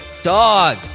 dog